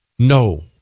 No